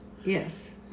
Yes